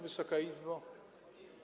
Wysoka Izbo!